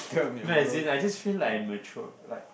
no as in I just feel like I mature like